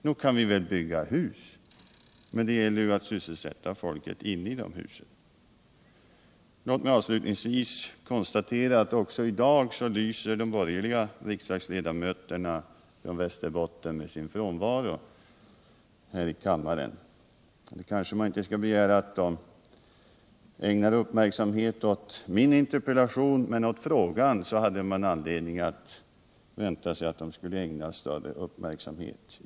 Nog kan vi bygga hus, men det gäller att sysselsätta folket inne i husen. Låt mig avslutningsvis konstatera att också i dag lyser de borgerliga riksdagsledamöterna från Västerbotten med sin frånvaro här i kammaren. Man kanske inte kan begära att de ägnar uppmärksamhet åt min interpellation, men åt frågan hade man anledning vänta att de skulle ägna större uppmärksamhet.